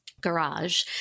garage